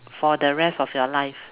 for the rest of your life